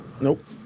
Nope